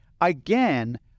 Again